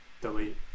Delete